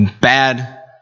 Bad